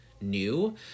new